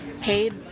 paid